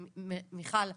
מיכל,